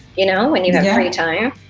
you know, when you have free time.